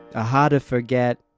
ah hard to forget.